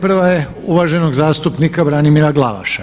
Prva je uvaženog zastupnika Branimira Glavaša.